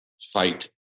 fight